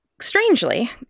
Strangely